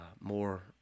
more